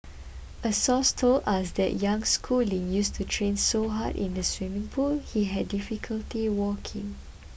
a source told us that young Schooling used to train so hard in the swimming pool he had difficulty walking